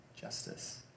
justice